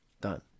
done